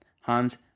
Hans